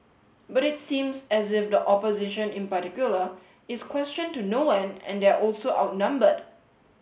but it seems as if the opposition in particular is question to no end and they're also outnumbered